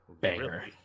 Banger